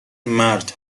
مرد